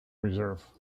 reserve